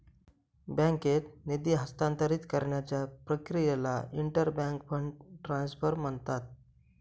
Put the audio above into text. बँकेत निधी हस्तांतरित करण्याच्या प्रक्रियेला इंटर बँक फंड ट्रान्सफर म्हणतात